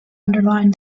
underline